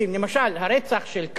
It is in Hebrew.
למשל הרצח של קרפ,